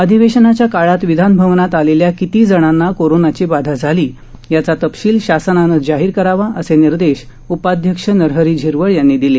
अधिवेशनाच्या काळात विधानभवनात आलेल्या किती जणांना कोरोनाची बाधा झाली याचा तपशील शासनानं जाहीर करावा असे निर्देश उपाध्यक्ष नरहरी झिरवळ यांनी दिले